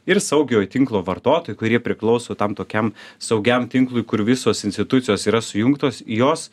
ir saugiojo tinklo vartotojai kurie priklauso tam tokiam saugiam tinklui kur visos institucijos yra sujungtos jos